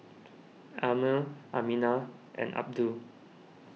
Ammir Aminah and Abdul